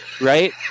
right